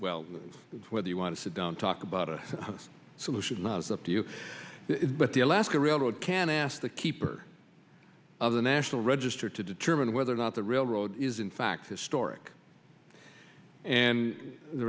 ell whether you want to sit down talk about a solution or not is up to you but the alaska railroad can ask the keeper of the national register to determine whether or not the railroad is in fact historic and the